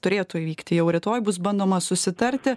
turėtų įvykti jau rytoj bus bandoma susitarti